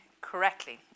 correctly